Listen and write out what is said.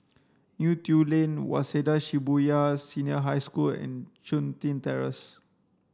Neo Tiew Lane Waseda Shibuya Senior High School and Chun Tin Terrace